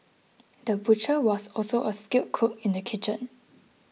the butcher was also a skilled cook in the kitchen